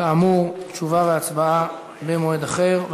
כאמור, תשובה והצבעה במועד אחר.